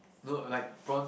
no like prawns